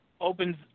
opens